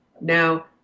Now